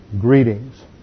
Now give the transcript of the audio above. greetings